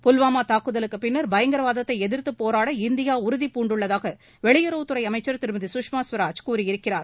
புல்வாமா தாக்குதலுக்குப் பின்னர் பயங்கரவாதத்தை எதிர்த்து போராட இந்தியா உறுதிபூண்டுள்ளதாக வெளியுறவுத்துறை அமைச்சர் திருமதி சுஷ்மா ஸ்வராஜ் கூறியிருக்கிறார்